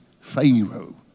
Pharaoh